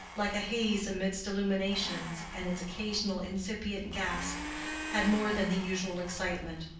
like a haze amidst illuminations, and its occasional incipient gasp had more than the usual excitement,